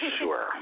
sure